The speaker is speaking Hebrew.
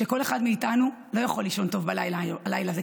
שכל אחד מאיתנו לא יכול לישון טוב בלילה הלילה הזה,